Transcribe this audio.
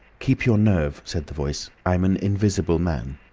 keep your nerve, said the voice. i'm an invisible man.